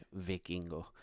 Vikingo